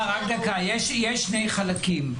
יש שני חלקים.